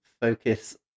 focus